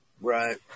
Right